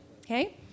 okay